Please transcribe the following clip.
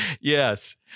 Yes